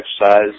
exercise